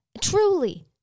truly